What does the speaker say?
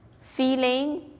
Feeling